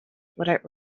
without